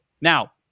now